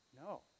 No